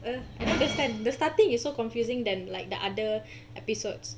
err this time the starting is so confusing than like the other episodes